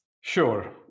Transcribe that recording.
Sure